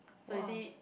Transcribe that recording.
so you see